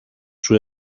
σου